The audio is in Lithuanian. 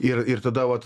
ir ir tada vat